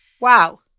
Wow